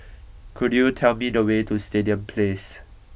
could you tell me the way to Stadium Place